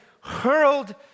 hurled